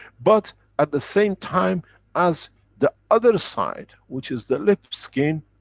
but at the same time as the other side, which is the lip skin,